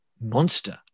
monster